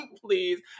please